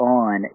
on